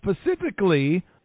specifically